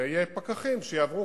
ויהיו פקחים שיעברו,